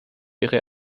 ihre